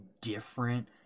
different